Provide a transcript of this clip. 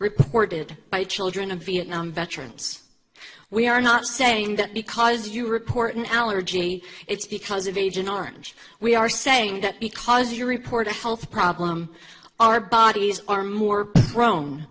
reported by children of vietnam veterans we are not saying that because you report an allergy it's because of agent orange we are saying that because you report a health problem our bodies are more prone